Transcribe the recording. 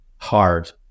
hard